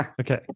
Okay